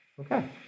Okay